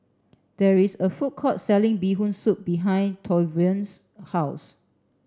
there is a food court selling bee hoon soup behind Tavion's house